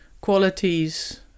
qualities